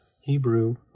Hebrew